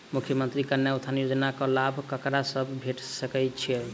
मुख्यमंत्री कन्या उत्थान योजना कऽ लाभ ककरा सभक भेट सकय छई?